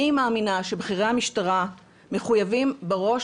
אני מאמינה שבכירי המשטרה מחויבים בראש